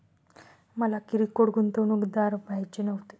मला किरकोळ गुंतवणूकदार व्हायचे नव्हते